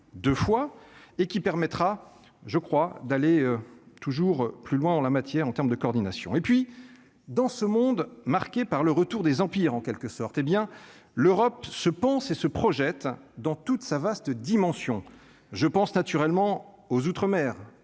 2 fois et qui permettra, je crois, d'aller toujours plus loin en la matière, en terme de coordination et puis dans ce monde marqué par le retour des empires en quelque sorte, et bien, l'Europe se pense et se projette dans toute sa vaste dimension je pense naturellement aux outre-mer